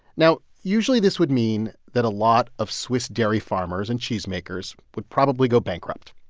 now, usually this would mean that a lot of swiss dairy farmers and cheesemakers would probably go bankrupt.